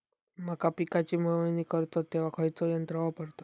मका पिकाची मळणी करतत तेव्हा खैयचो यंत्र वापरतत?